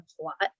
plot